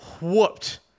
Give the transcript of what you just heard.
whooped